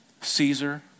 Caesar